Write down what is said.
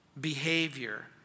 behavior